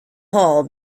hall